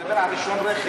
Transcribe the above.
אני מדבר על רישיון רכב.